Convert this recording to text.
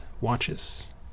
watches